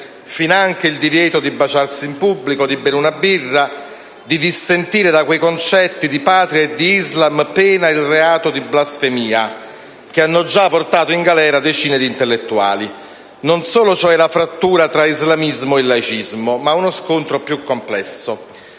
finanche il divieto di baciarsi in pubblico e di bere una birra, di dissentire da quei concetti di Patria e di islam pena il reato di blasfemia, che hanno già portato in galera decine di intellettuali; non solo, cioè, la frattura tra islamismo e laicismo, ma uno scontro più complesso.